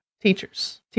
teachers